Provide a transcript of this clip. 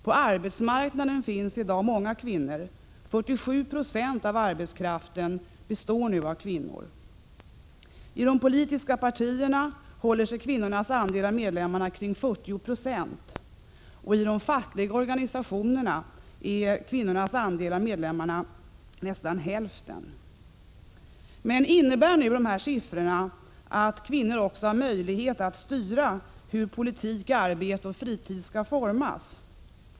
På arbetsmarknaden finns i dag många kvinnor — 47 9 av arbetskraften består nu av kvinnor. I de politiska partierna håller sig kvinnornas andel av medlemmarna kring 40 96, och i de fackliga organisationerna är nästan hälften av medlemmarna kvinnor. Men innebär nu dessa siffror att kvinnor också har möjlighet att styra hur politik, arbete och fritid skall formas?